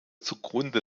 zugrunde